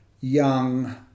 young